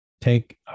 take